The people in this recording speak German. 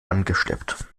angeschleppt